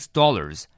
dollars